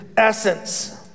essence